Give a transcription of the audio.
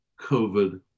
COVID